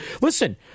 listen